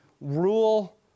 rule